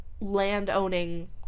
land-owning